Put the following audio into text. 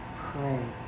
pray